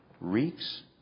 reeks